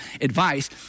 advice